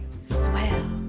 Swell